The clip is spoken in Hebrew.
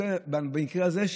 במקרה הזה,